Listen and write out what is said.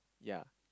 ya